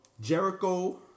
Jericho